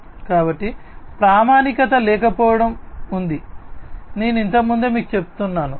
కాబట్టి ప్రామాణికత లేకపోవడం ఉంది నేను ఇంతకు ముందే మీకు చెప్తున్నాను